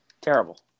Terrible